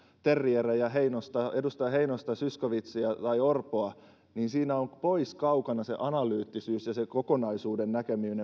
terrierejä edustaja heinosta zyskowiczia tai orpoa niin siinä mistä he puhuvat on pois kaukana se analyyttisyys ja sen kokonaisuuden näkeminen